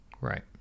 Right